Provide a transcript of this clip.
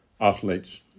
athletes